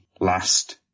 last